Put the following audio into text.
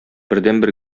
бердәнбер